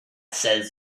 says